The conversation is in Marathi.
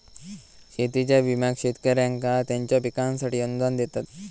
शेतीच्या विम्याक शेतकऱ्यांका त्यांच्या पिकांसाठी अनुदान देतत